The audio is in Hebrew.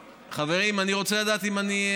חברים, אני רוצה לדעת אם אני,